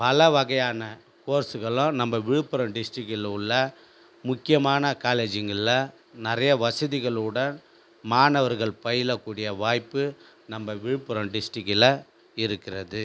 பல வகையான கோர்ஸ்சுகளும் நம்ப விழுப்புரம் டிஸ்ட்ரிக்கில் உள்ள முக்கியமான காலேஜ்ஜிங்களில் நிறைய வசதிகளோடு மாணவர்கள் பயில கூடிய வாய்ப்பு நம்ப விழுப்புரம் டிஸ்ட்ரிக்கில் இருக்கிறது